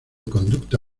conducta